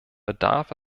bedarf